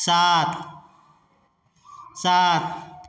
सात सात